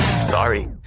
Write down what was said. Sorry